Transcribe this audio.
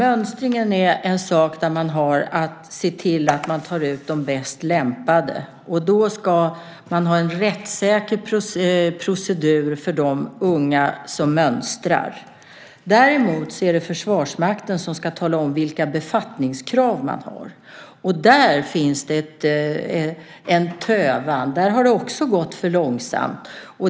Herr talman! Mönstringen innebär att man tar ut de bäst lämpade, och då ska proceduren för de unga som mönstrar vara rättssäker. Däremot är det Försvarsmakten som ska tala om vilka befattningskraven är. Där finns en tövan. Det har gått för långsamt.